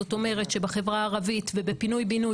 זאת אומרת שבחברה הערבית ובפינוי-בינוי,